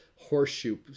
horseshoe